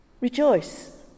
Rejoice